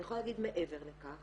אני יכולה להגיד מעבר לכך